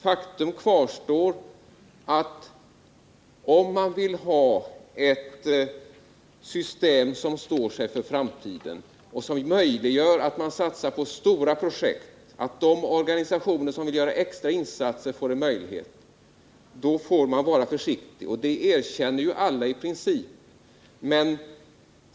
Faktum kvarstår att om man vill ha ett system som står sig för framtiden och som möjliggör att man satsar på stora projekt, så att de organisationer som vill göra extra insatser får möjlighet till det, då får man vara försiktig. Det erkänner ju alla i princip.